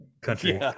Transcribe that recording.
country